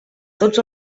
tots